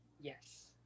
Yes